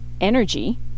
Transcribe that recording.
energy